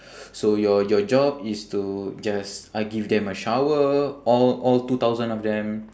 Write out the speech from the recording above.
so your your job is to just uh give them a shower all all two thousand of them